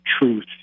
truth